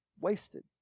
wasted